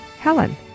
Helen